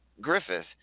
Griffith